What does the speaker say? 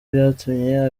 byatumye